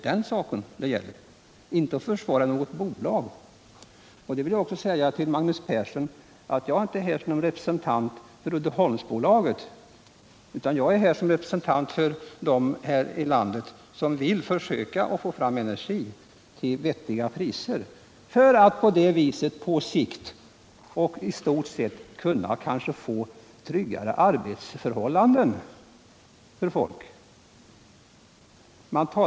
Jag vill också säga till Magnus Persson att jag inte är här som representant för Uddeholmsbolaget utan för dem här i landet som vill försöka få fram energi till vettiga priser för att på det sättet på sikt kanske åstadkomma tryggare arbetsförhållanden för människorna.